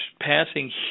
passing